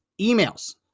emails